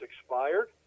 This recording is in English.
expired